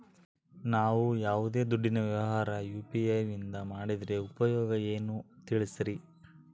ನಾವು ಯಾವ್ದೇ ದುಡ್ಡಿನ ವ್ಯವಹಾರ ಯು.ಪಿ.ಐ ನಿಂದ ಮಾಡಿದ್ರೆ ಉಪಯೋಗ ಏನು ತಿಳಿಸ್ರಿ?